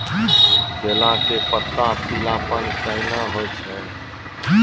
केला के पत्ता पीलापन कहना हो छै?